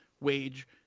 wage